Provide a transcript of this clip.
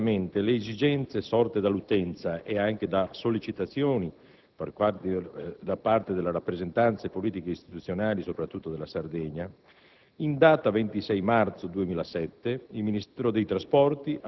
Tuttavia, al fine di riscontrare pienamente le esigenze sorte dall'utenza ed anche le sollecitazioni da parte delle rappresentanze politico-istituzionali, soprattutto della Sardegna,